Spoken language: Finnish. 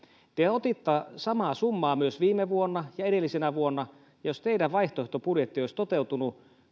te ehdotitte samaa summaa myös viime vuonna ja edellisenä vuonna jos teidän vaihtoehtobudjettinne olisi toteutunut